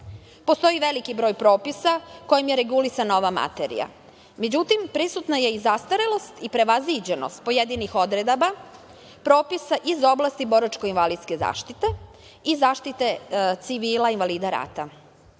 Postoji veliki broj propisa kojim je regulisana ova materija. Međutim, prisutna je i zastarelost i prevaziđenost pojedinih odredaba, propisa iz oblasti boračko-invalidske zaštite i zaštite civila invalida rata,